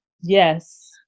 yes